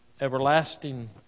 Everlasting